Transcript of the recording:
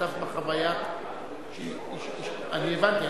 אני הבנתי.